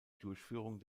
durchführung